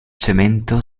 cemento